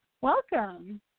Welcome